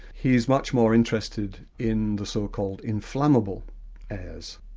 he is much more interested in the so-called inflammable airs,